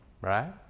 Right